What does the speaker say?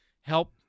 help